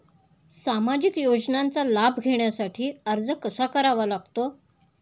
सामाजिक योजनांचा लाभ घेण्यासाठी अर्ज कसा करावा लागतो?